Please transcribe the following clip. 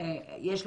איזה